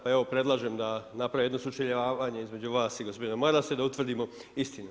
Pa evo, predlažem da naprave jedno sučeljavanje između vas i gospodina Marasa i da utvrdimo istinu.